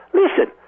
listen